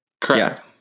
Correct